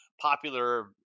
popular